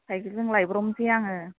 साइकेलजों लाइब्र'बनोसै आङो